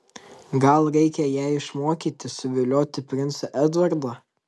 gal reikia ją išmokyti suvilioti princą edvardą